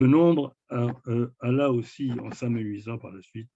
(הקטע בצרפתית, שפה שאיני דובר).